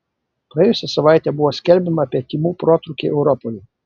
praėjusią savaitę buvo skelbiama apie tymų protrūkį europoje